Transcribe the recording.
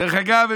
דרך אגב,